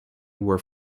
were